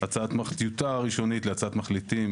טיוטה ראשונית להצעת מחליטים